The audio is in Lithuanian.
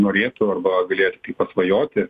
norėtų arba galėtų tik pasvajoti